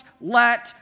let